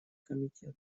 комитета